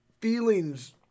feelings